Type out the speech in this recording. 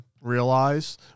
realize